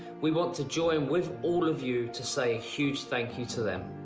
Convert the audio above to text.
we want to join with all of you to say a huge thank you to them.